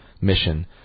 mission